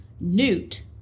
Newt